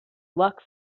luck